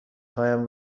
هایم